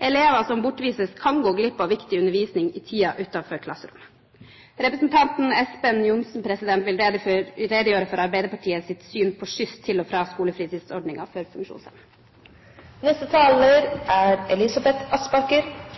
Elever som bortvises, kan gå glipp av viktig undervisning i tiden utenfor klasserommet. Representanten Espen Johnsen vil redegjøre for Arbeiderpartiets syn på skyss til og fra skolefritidsordningen for